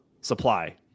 supply